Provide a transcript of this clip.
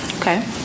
Okay